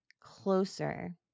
closer